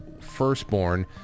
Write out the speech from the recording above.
firstborn